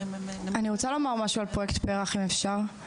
אני רוצה לומר משהו על פרויקט פר"ח, אם אפשר.